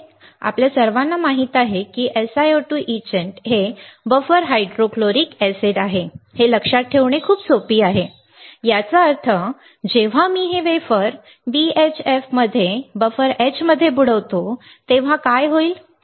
आपल्या सर्वांना माहीत आहे SiO2 etchant हे बफर हायड्रोफ्लोरिक एसिड आहे लक्षात ठेवणे खूप सोपे आहे याचा अर्थ जेव्हा मी हे वेफर BHF मध्ये बफर H मध्ये बुडवतो तेव्हा काय होईल